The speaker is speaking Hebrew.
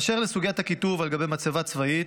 באשר לסוגיית הכיתוב על גבי מצבה צבאית,